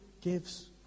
gives